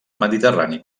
mediterrani